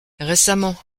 récemment